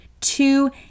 two